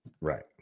Right